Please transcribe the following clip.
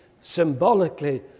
symbolically